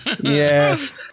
Yes